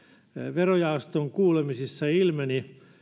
verojaoston kuulemisissa ilmeni